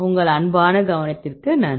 உங்கள் அன்பான கவனத்திற்கு நன்றி